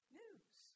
news